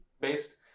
based